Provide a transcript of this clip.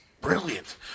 brilliant